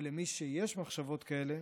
אבל למי שיש מחשבות כאלה,